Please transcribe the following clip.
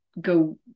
go